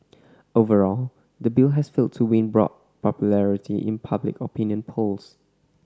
overall the bill has failed to win broad popularity in public opinion polls